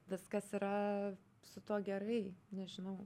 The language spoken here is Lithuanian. viskas yra su tuo gerai nežinau